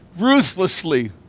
ruthlessly